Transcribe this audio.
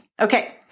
Okay